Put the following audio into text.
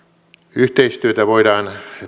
yhteistyötä voidaan